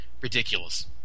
ridiculous